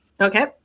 Okay